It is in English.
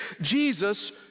Jesus